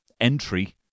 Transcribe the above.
entry